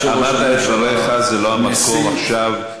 אמרת את דבריך, זה לא המקום עכשיו.